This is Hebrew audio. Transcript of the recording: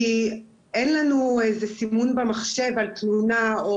כי אין לנו איזה סימון במחשב על תלונה.